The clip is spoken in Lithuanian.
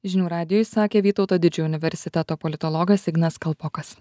žinių radijui sakė vytauto didžiojo universiteto politologas ignas kalpokas